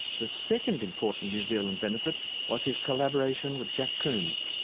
the second important new zealand benefit was his collaboration with jack coombs,